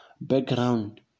background